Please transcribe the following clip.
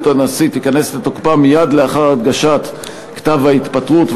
הנשיא תיכנס לתוקפה מייד לאחר הגשת כתב ההתפטרות,